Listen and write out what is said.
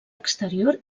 exterior